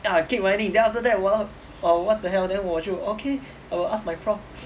ya keep whining then after that !walao! err what the hell then 我就 okay I'll ask my prof